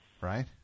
Right